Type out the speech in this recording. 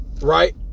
Right